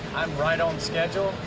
i'm right on schedule.